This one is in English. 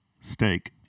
Steak